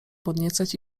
podniecać